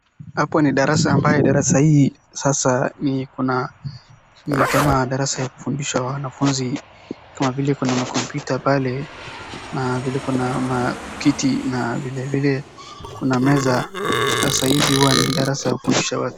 Hapo ni darasa ambaye ni kama ni ya kufundisha wanafunzi kuna makompyuta, viti na vile vile meza. Sasa hivi huwa ni darasa ya kufundisha watu.